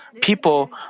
people